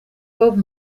bob